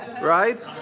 right